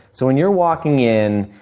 so when you're walking in,